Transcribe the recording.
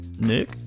Nick